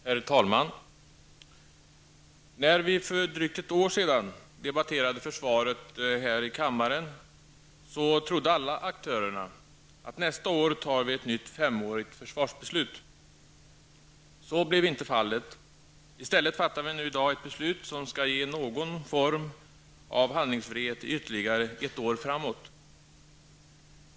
Herr talman! När vi för drygt ett år sedan debatterade försvaret här i kammaren, trodde alla aktörer att det nästa år skulle fattas ett nytt femårigt försvarsbeslut. Så blev inte fallet. I stället fattar vi i dag ett beslut som skall ge någon form av handlingsfrihet i ytterligare ett år framåt.